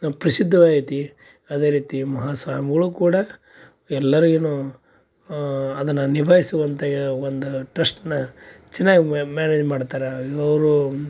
ಪ್ರಸಿದ್ದವಾಗೈತಿ ಅದೇ ರೀತಿ ಮಹಾಸ್ವಾಮಿಗಳು ಕೂಡ ಎಲ್ಲರಿಗೂನು ಅದನ್ನು ನಿಭಾಯಿಸುವಂಥ ಯ ಒಂದು ಟ್ರಶ್ಟನ್ನ ಚೆನ್ನಾಗಿ ಮ್ಯಾನೇಜ್ ಮಾಡ್ತಾರೆ ಅವರು